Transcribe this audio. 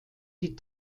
die